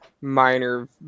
minor